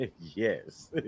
Yes